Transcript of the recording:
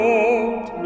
Lord